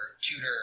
tutor